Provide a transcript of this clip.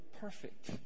perfect